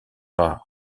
rare